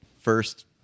first